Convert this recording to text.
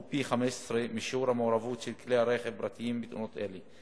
פי 15 משיעור המעורבות של כלי רכב פרטיים בתאונות אלה.